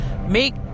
make